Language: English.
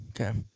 Okay